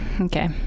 Okay